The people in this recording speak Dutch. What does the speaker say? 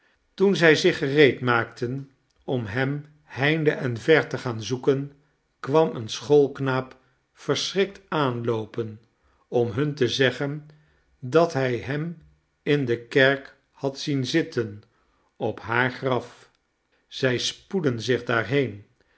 toen zij zich gereedmaakten om hem heinde en ver te gaan zoeken kwam een schoolknaap verschrikt aanloopen om hun te zeggen dat hij hem in de kerk had zien zitten op haar graf zij spoedden zich daarheen